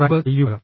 drive ചെയ്യുക